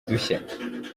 dushya